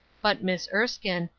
but, miss erskine,